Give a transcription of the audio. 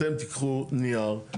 אתם תיקחו נייר,